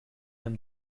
him